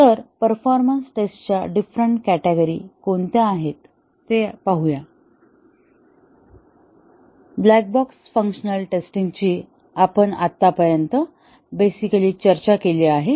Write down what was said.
तर परफॉर्मन्स टेस्ट्सच्या different category कोणत्या आहेत ते पाहूया ब्लॅक बॉक्स फंक्शनल टेस्टिंगची आपण आतापर्यंत बेसिकली चर्चा केली आहे